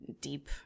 deep